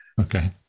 okay